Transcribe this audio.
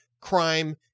crime